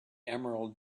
emerald